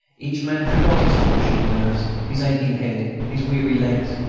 each man forgot his tortured nerves, his aching head, his weary legs,